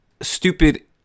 stupid